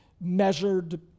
measured